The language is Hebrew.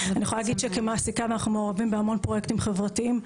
אני יכולה להגיד שכמעסיקה אנחנו מעורבים בהמון פרויקטים חברתיים.